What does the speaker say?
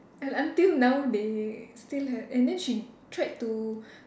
and until now they still had and then she tried to